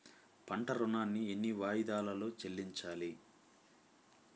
పంట ఋణాన్ని ఎన్ని వాయిదాలలో చెల్లించాలి?